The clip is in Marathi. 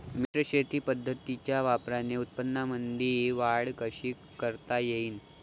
मिश्र शेती पद्धतीच्या वापराने उत्पन्नामंदी वाढ कशी करता येईन?